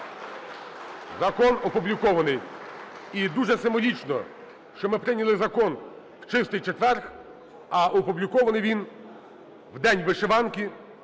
Закон опублікований. І дуже символічно, що ми прийняли закон у Чистий четвер, а опублікований він в День вишиванки,